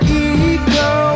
ego